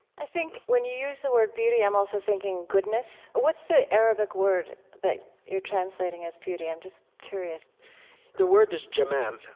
i think when you use the word beauty, i'm also thinking goodness. what's the arabic word that you're translating as beauty? i'm just curious the word is jamal.